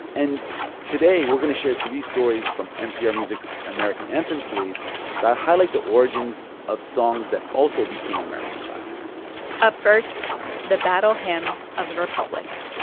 and today we're going to share three stories from npr music's american anthem series that highlight the origins of songs that also became american classics up first the battle hymn of the republic.